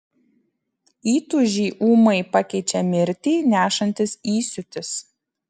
įtūžį ūmai pakeičia mirtį nešantis įsiūtis